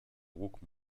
łuk